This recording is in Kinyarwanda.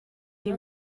iyi